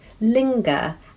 linger